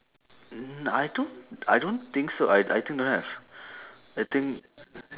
mm I don't I don't think so I I think don't have I think